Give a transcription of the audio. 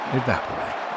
evaporate